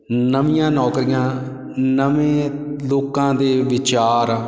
ਨਵੀਆਂ ਨੌਕਰੀਆਂ ਨਵੇਂ ਲੋਕਾਂ ਦੇ ਵਿਚਾਰ